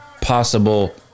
possible